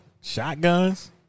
Shotguns